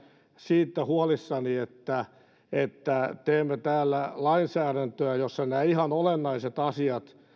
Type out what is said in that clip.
siitä huolissani että että teemme täällä lainsäädäntöä jossa nämä ihan olennaiset asiat